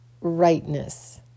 rightness